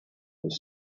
was